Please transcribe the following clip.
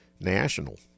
national